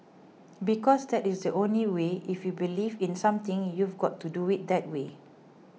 because that is the only way if you believe in something you've got to do it that way